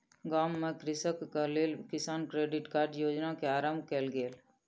गाम में कृषकक लेल किसान क्रेडिट कार्ड योजना के आरम्भ कयल गेल